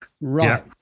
Right